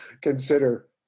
consider